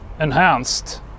enhanced